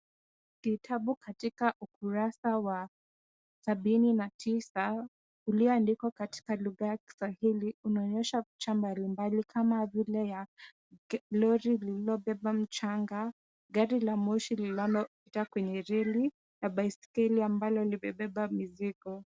Kitabu katika ukurasa wa sabini na tisa ulioandikwa katika lugha ya kiswahili inaonyesha picha mbalimbali kama ile ya lori liliyo beba mchanga gari la moshi linalo pita kwenye reli na baiskeli ambalo limebeba mizigo.